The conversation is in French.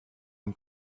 une